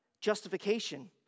justification